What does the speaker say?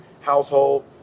household